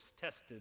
tested